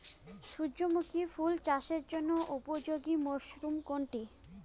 সূর্যমুখী ফুল চাষের জন্য উপযোগী মরসুম কোনটি?